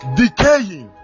decaying